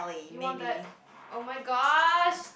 you want that oh-my-gosh